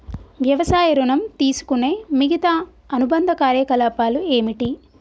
వ్యవసాయ ఋణం తీసుకునే మిగితా అనుబంధ కార్యకలాపాలు ఏమిటి?